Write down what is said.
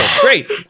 Great